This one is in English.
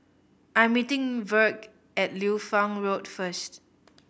I am meeting Virge at Liu Fang Road first